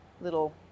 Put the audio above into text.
little